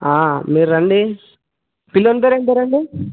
మీరు రండి పిల్లల పేరు ఏం పేరు అండి